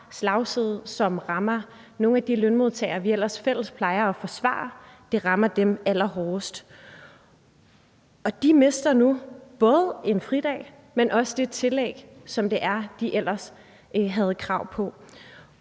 slagside, der rammer nogle af de lønmodtagere, vi ellers fælles plejer at forsvare. Det rammer dem allerhårdest. De mister nu både en fridag, men også det tillæg, som de ellers havde krav på.